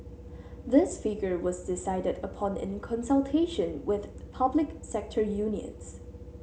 this figure was decided upon in consultation with public sector unions